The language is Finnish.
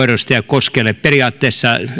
edustaja koskelle periaatteessa